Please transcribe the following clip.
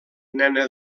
nena